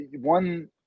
one